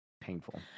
painful